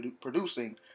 producing